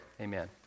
Amen